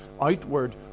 outward